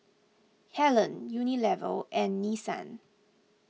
Helen Unilever and Nissan